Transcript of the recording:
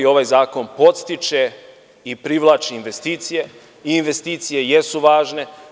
Ovaj zakon podstiče i privlači investicije i investicije jesu važne.